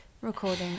recording